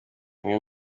bamwe